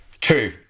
true